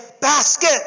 basket